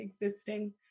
existing